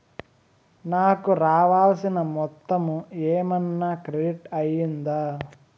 నాకు రావాల్సిన మొత్తము ఏమన్నా క్రెడిట్ అయ్యిందా